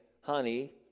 honey